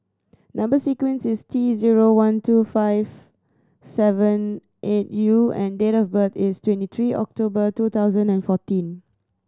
number sequence is T zero one two five seven eight U and date of birth is twenty three October two thousand and fourteen